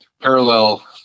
parallel